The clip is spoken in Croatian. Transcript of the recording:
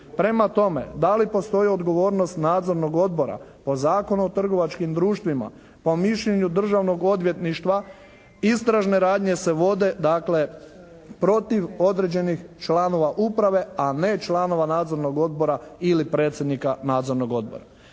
Prema tome, da li postoji odgovornost Nadzornog odbora, po Zakonu o trgovačkim društvima? Po mišljenju Državnog odvjetništva istražne radnje se vode. Dakle, protiv određenih članova uprave a ne članova Nadzornog odbora ili predsjednika Nadzornog odbora.